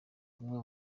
amwe